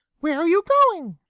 where are you going?